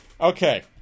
Okay